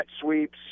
sweeps